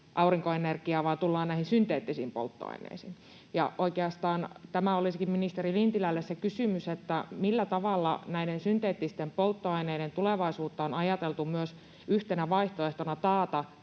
vaan tullaan näihin synteettisiin polttoaineisiin. Ja oikeastaan tämä olisikin ministeri Lintilälle se kysymys: millä tavalla näiden synteettisten polttoaineiden tulevaisuutta on ajateltu myös yhtenä vaihtoehtona taata